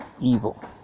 evil